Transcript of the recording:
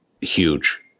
huge